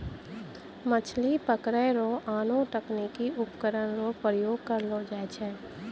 मछली पकड़ै रो आनो तकनीकी उपकरण रो प्रयोग करलो जाय छै